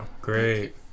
Great